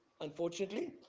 unfortunately